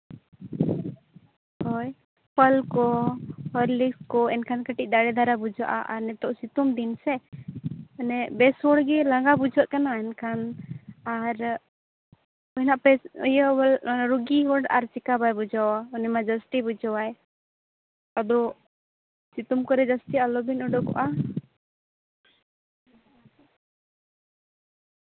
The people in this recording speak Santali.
ᱦᱳᱭ ᱯᱷᱚᱞ ᱠᱚ ᱦᱚᱨᱞᱤᱠᱥ ᱠᱚ ᱮᱱᱠᱷᱟᱱ ᱠᱟᱹᱴᱤᱡ ᱫᱟᱲᱮ ᱫᱷᱟᱨᱟ ᱵᱩᱡᱷᱟᱹᱜᱼᱟ ᱟᱨ ᱱᱤᱛᱳᱜ ᱥᱤᱛᱩᱝ ᱫᱤᱱ ᱥᱮ ᱢᱟᱱᱮ ᱵᱮᱥ ᱦᱚᱲ ᱜᱮ ᱞᱟᱸᱜᱟ ᱵᱩᱡᱷᱟᱹᱜ ᱠᱟᱱᱟ ᱮᱱᱠᱷᱟᱱ ᱟᱨ ᱩᱱᱟᱹᱜ ᱵᱮᱥ ᱤᱭᱟᱹ ᱨᱩᱜᱤ ᱦᱚᱲ ᱟᱨ ᱪᱮᱠᱟ ᱵᱟᱭ ᱵᱩᱡᱷᱟᱹᱣᱟ ᱩᱱᱤ ᱢᱟ ᱡᱟᱹᱥᱛᱤ ᱵᱩᱡᱷᱟᱹᱣᱟᱭ ᱟᱫᱚ ᱥᱤᱛᱩᱝ ᱠᱚᱨᱮ ᱡᱟᱹᱥᱛᱤ ᱟᱞᱚᱵᱤᱱ ᱩᱰᱩᱠᱚᱜᱼᱟ